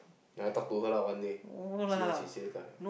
I talk to her lah one day see what she say lah